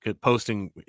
posting